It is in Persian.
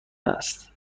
است